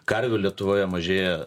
karvių lietuvoje mažėja